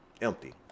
empty